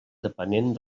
depenent